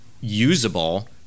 usable